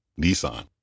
Nissan